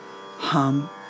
Hum